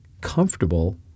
comfortable